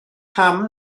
pam